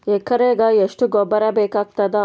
ಎಕರೆಗ ಎಷ್ಟು ಗೊಬ್ಬರ ಬೇಕಾಗತಾದ?